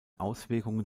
auswirkungen